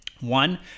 One